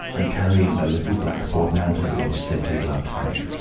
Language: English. and carrying a little black portmanteau in his thickly gloved hand.